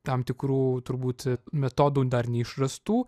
tam tikrų turbūt metodų dar neišrastų